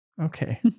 Okay